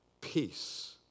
peace